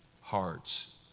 hearts